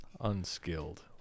Unskilled